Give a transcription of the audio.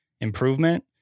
improvement